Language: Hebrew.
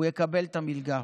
הוא יקבל את המלגה.